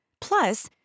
Plus